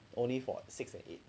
only for six and eight